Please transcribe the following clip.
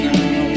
now